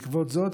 בעקבות זאת,